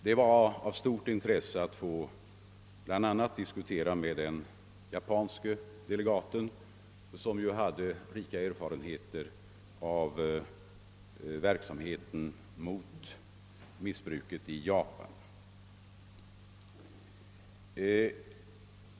Det var av stort intresse att diskutera med bl.a. den japanske delegaten som hade rika erfarenheter av verksamheten mot missbruket i Japan.